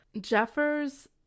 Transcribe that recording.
Jeffers